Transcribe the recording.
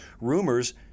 rumors